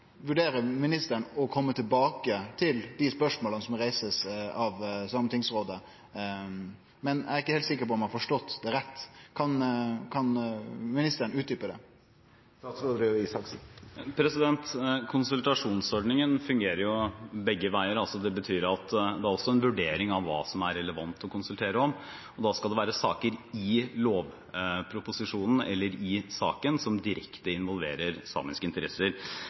vurderer ministeren å kome tilbake til dei spørsmåla som blir reiste av Sametingsrådet, men eg er ikkje heilt sikker på om eg har forstått det rett. Kan ministeren utdjupe det? Konsultasjonsordningen fungerer begge veier. Det betyr at det også er en vurdering av hva som er relevant å konsultere om. Da skal det være saker i lovproposisjonen eller i saken som direkte involverer samiske interesser.